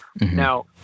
Now